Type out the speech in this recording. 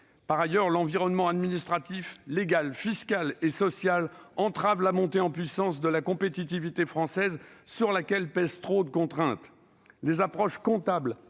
Par ailleurs, l'environnement administratif, légal, fiscal et social entrave la montée en puissance de la compétitivité française, sur laquelle pèsent trop de contraintes. Les approches comptable